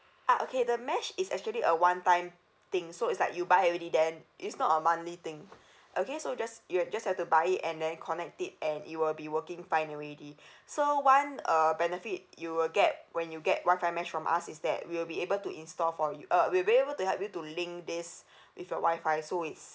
ah okay the mesh is actually a one time thing so it's like you buy already then it's not a monthly thing okay so just you have just have to buy it and then connect it and it will be working fine already so one uh benefit you will get when you get wi-fi mesh from us is that we will be able to install for you uh we'll be able to help you to link this with your wi-fi so it's